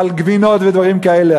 על גבינות ודברים כאלה,